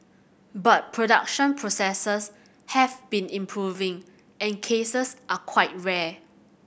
but production processes have been improving and cases are quite rare